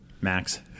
Max